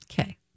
okay